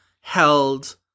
held